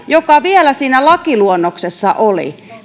joka vielä siinä lakiluonnoksessa oli